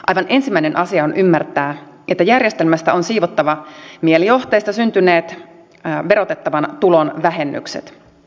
aivan ensimmäinen asia on ymmärtää että järjestelmästä on siivottava mielijohteesta syntyneet verotettavan tulon vähennykset